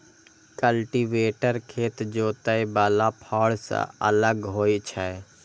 cultivator खेत जोतय बला फाड़ सं अलग होइ छै